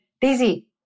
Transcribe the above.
Daisy